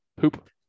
poop